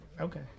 Okay